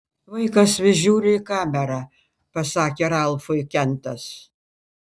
vaikas vis žiūri į kamerą pasakė ralfui kentas